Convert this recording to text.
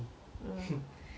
they always say annoying